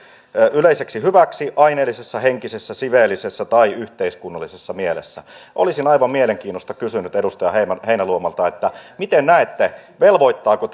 yleiseksi hyväksi aineellisessa henkisessä siveellisessä tai yhteiskunnallisessa mielessä olisin aivan mielenkiinnosta kysynyt edustaja heinäluomalta miten näette velvoittaako